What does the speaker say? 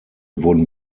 wurden